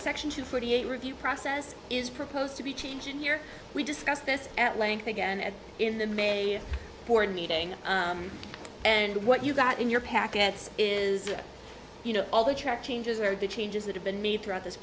section two forty eight review process is proposed to be change and here we discussed this at length again and in the may board meeting and what you got in your packets is you know all the track changes or the changes that have been made throughout this